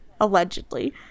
Allegedly